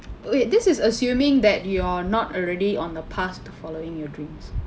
wait this is assuming that you're not already on the path to following your dreams